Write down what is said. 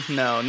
no